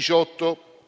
tutto